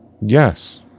Yes